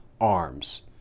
arms